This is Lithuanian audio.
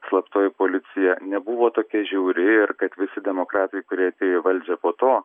slaptoji policija nebuvo tokia žiauri ir kad visi demokratai kurie atėjo į valdžią po to